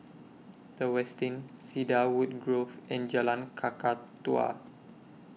The Westin Cedarwood Grove and Jalan Kakatua